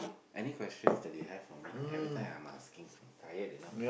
any questions that you have for me every time I'm asking tired enough